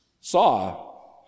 Saw